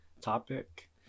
topic